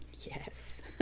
Yes